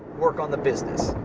work on the business,